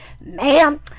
Ma'am